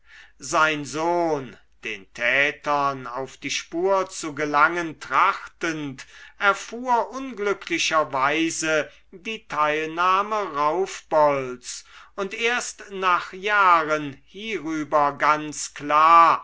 sein sohn den tätern auf die spur zu gelangen trachtend erfuhr unglücklicherweise die teilnahme raufbolds und erst nach jahren hierüber ganz klar